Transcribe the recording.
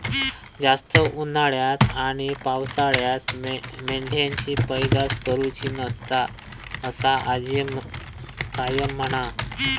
जास्त उन्हाळ्यात आणि पावसाळ्यात मेंढ्यांची पैदास करुची नसता, असा आजी कायम म्हणा